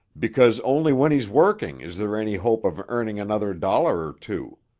because only when he's working is there any hope of earning another dollar or two.